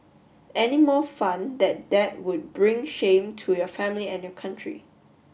any more fun that that would bring shame to your family and your country